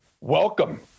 Welcome